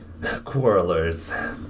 quarrelers